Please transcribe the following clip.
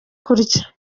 kurya